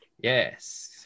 Yes